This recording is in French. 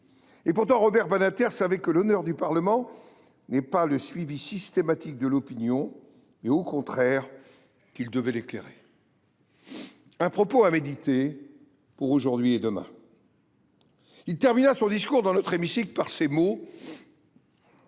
Et pourtant, Robert Badinter savait que l’honneur du Parlement n’est pas le suivi systématique de l’opinion, mais au contraire qu’il devait l’éclairer. Un propos à méditer, pour aujourd’hui et demain… Il termina son discours dans notre hémicycle par ces mots :